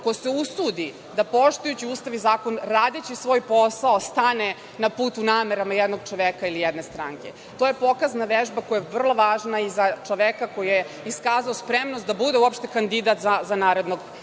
ko se usudi da poštujući Ustav i zakon, radeći svoj posao, stane na put namerama jednog čoveka ili jedne stranke. To je pokazna vežba koja je vrlo važna i za čoveka koji je iskazao spremnost da bude uopšte kandidat za narednog Zaštitnika